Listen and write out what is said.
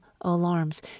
alarms